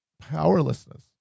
powerlessness